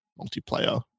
multiplayer